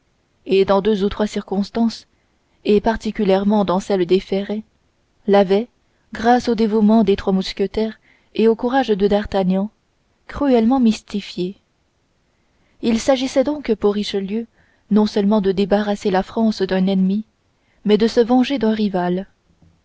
et que dans deux ou trois circonstances et particulièrement dans celles des ferrets il l'avait grâce au dévouement des trois mousquetaires et au courage de d'artagnan cruellement mystifié il s'agissait donc pour richelieu non seulement de débarrasser la france d'un ennemi mais de se venger d'un rival